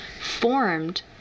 formed